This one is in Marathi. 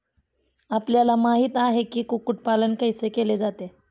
आपल्याला माहित आहे की, कुक्कुट पालन कैसे केले जाते?